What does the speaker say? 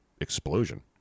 explosion